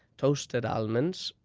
toasted almonds,